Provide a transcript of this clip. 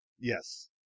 Yes